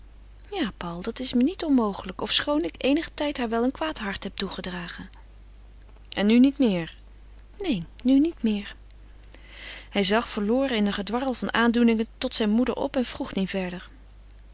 ja paul dat is me niet onmogelijk ofschoon ik eenigen tijd haar wel een kwaad hart heb toegedragen en nu niet meer neen nu niet meer hij zag verloren in een gedwarrel van aandoeningen tot zijn moeder op en vroeg niet verder